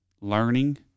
learning